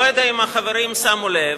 לא יודע אם החברים שמו לב,